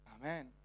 Amen